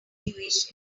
situation